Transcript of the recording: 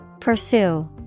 Pursue